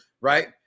right